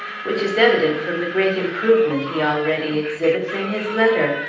which is evident from the great improvement he already exhibits in his letter.